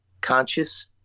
conscious